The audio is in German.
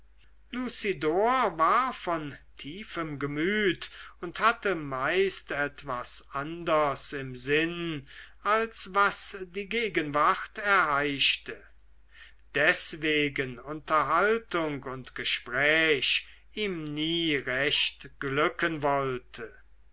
war von tiefem gemüt und hatte meist etwas anders im sinn als was die gegenwart erheischte deswegen unterhaltung und gespräch ihm nie recht glücken wollte